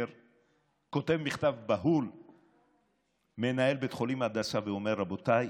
מנהל בית החולים הדסה כותב מכתב בהול ואומר: רבותיי,